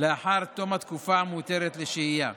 לאחר תום התקופה המותרת לשהייה.